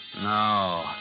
No